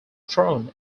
thrown